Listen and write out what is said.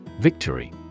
Victory